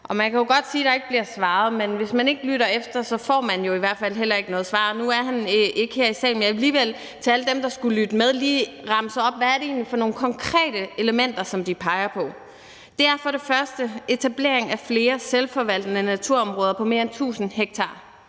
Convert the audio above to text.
Og man kan jo godt sige, at der ikke bliver svaret, men hvis man ikke lytter efter, får man i hvert fald heller ikke noget svar. Nu er han ikke her i salen, men jeg vil alligevel over for alle dem, der måtte lytte med, lige remse op, hvad det egentlig er for nogle konkrete elementer, som eksperterne peger på. Det er for det første etablering af flere selvforvaltende naturområder på mere end 1.000 ha.